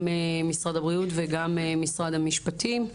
גם משרד הבריאות וגם משרד המשפטים.